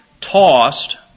tossed